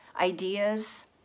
ideas